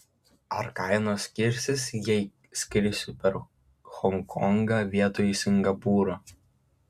ar kainos skirsis jei skrisiu per honkongą vietoj singapūro